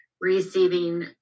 receiving